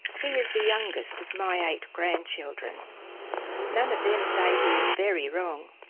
he is the youngest of my eight grandchildren none of them say he is very wrong.